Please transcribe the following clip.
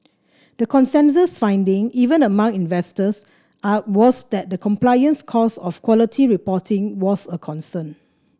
the consensus finding even among investors are was that the compliance costs of quality reporting was a concern